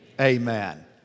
amen